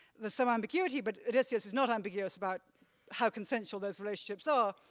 there's some ambiguity but odysseus is not ambiguous about how consensual those relationships are,